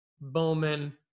Bowman